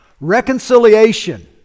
reconciliation